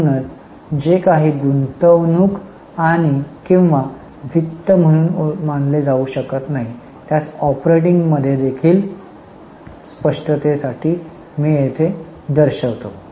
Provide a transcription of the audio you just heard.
म्हणून जे काही गुंतवणूक किंवा वित्त म्हणून मानले जाऊ शकत नाही त्यास ऑपरेटिंग मध्ये देखील समाविष्ट केले जाईल आणि आता ऑपरेटिंग प्रवाहाच्या उदाहरणांचा विचार करा परंतु आपल्या स्पष्टतेसाठी मी ते येथे दर्शवतो